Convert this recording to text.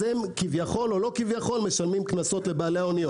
הם כביכול או לא כביכול משלמים קנסות לבעלי האוניות.